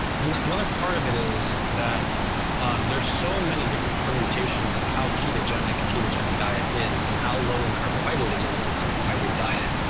another part of it is that there's so many different permutations of how ketogenic a ketogenic diet is and how low in carbohydrate is a low carbohydrate diet.